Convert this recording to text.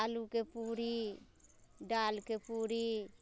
आलूके पूरी दालिके पूरी